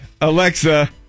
Alexa